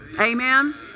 Amen